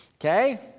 okay